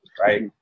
right